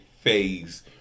phase